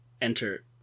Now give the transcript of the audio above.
Enter